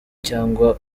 cyangwa